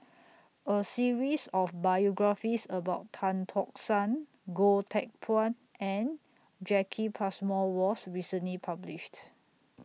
A series of biographies about Tan Tock San Goh Teck Phuan and Jacki Passmore was recently published